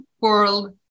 world